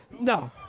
No